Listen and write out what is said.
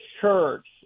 church